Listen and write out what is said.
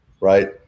right